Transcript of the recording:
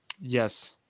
Yes